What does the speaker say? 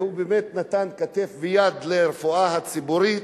והוא באמת נתן כתף ויד לרפואה הציבורית